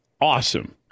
awesome